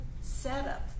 setup